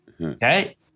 okay